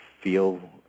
feel